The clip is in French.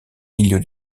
milieu